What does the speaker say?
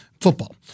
Football